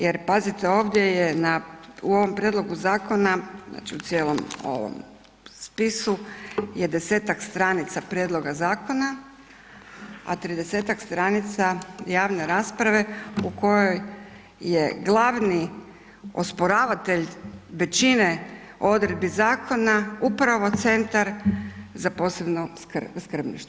Jer pazite ovdje je u ovom prijedlogu zakona, znači u cijelom ovom spisu, je 10-tak stranica prijedloga zakona, a 30-tak stranica javne rasprave u kojoj je glavni osporavatelj većine odredbi zakona upravo Centar za posebno skrbništvo.